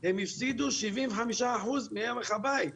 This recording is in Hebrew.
הם הפסידו 75% מערך הבית.